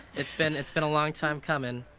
it's been it's been a long time coming